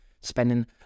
spending